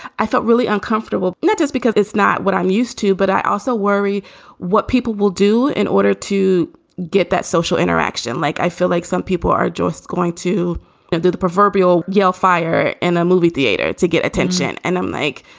i felt really uncomfortable that just because it's not what i'm used to. but i also worry what people will do in order to get that social interaction. like, i feel like some people are just going to do the proverbial yell fire in a movie theater to get attention. and i'm like,